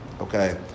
okay